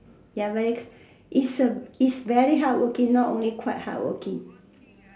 ya very is a is very hardworking not only quite hardworking